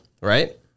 right